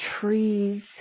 Trees